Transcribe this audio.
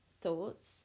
thoughts